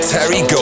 Terry